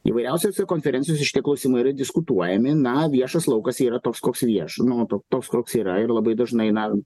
įvairiausiose konferencijose šitie klausimai yra diskutuojami na viešas laukas yra toks koks vieš nu to toks koks yra ir labai dažnai na